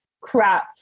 crap